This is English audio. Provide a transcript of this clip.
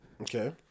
Okay